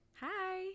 Hi